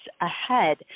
ahead